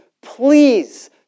please